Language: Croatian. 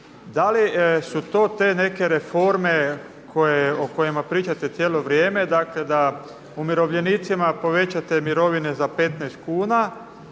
Da li su to te neke reforme koje, o kojima pričate cijelo vrije, dakle da umirovljenicima povećate mirovine za 15 kuna,